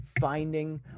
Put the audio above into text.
finding